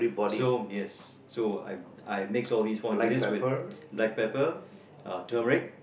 so yes so I I mix all these four ingredients with black pepper uh turmeric